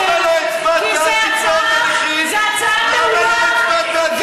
אבל תבדוק את עצמך, את החוק הזה הפלת?